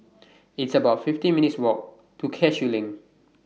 It's about fifty minutes' Walk to Cashew LINK